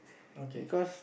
okay